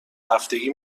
هفتگی